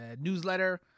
newsletter